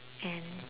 and